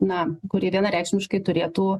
na kuri vienareikšmiškai turėtų